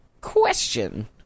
Question